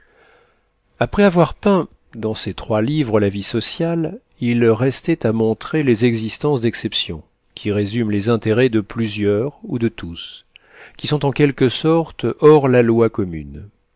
après avoir peint dans ces trois livres la vie sociale il restait à montrer les existences d'exception qui résument les intérêts de plusieurs ou de tous qui sont en quelque sorte hors la loi commune